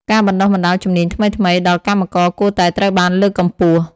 ការបណ្តុះបណ្តាលជំនាញថ្មីៗដល់កម្មករគួរតែត្រូវបានលើកកម្ពស់។